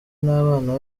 n’abana